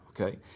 Okay